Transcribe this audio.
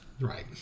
Right